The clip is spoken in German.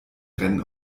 rennen